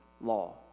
law